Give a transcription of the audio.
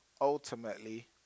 ultimately